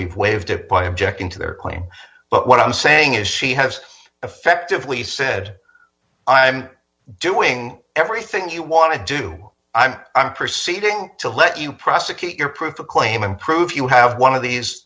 we've waived it by objecting to their claim but what i'm saying is she has effectively said i'm doing everything you want to do i'm proceeding to let you prosecute your proof of claim and prove you have one of these